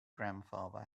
grandfather